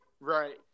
Right